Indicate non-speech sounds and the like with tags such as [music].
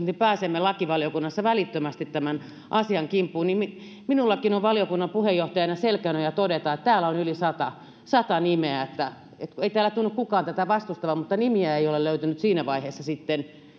[unintelligible] niin että pääsemme lakivaliokunnassa välittömästi tämän asian kimppuun ja minullakin on valiokunnan puheenjohtajana selkänoja todeta että täällä on yli sata sata nimeä ei täällä tunnu kukaan tätä vastustavan mutta nimiä ei ole löytynyt siinä vaiheessa